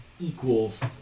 equals